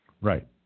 Right